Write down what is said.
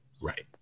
right